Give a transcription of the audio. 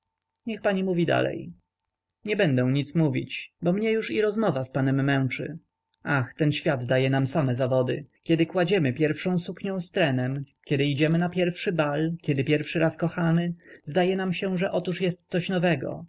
niech pani mówi dalej nie będę nic mówić bo mnie już i rozmowa z panem męczy ach ten świat daje nam same zawody kiedy kładziemy pierwszą suknią z trenem kiedy idziemy na pierwszy bal kiedy pierwszy raz kochamy zdaje się nam że otóż jest coś nowego